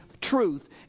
truth